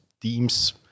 teams